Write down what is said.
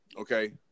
Okay